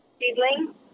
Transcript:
seedling